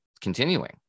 continuing